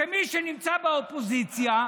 שמי שנמצא באופוזיציה,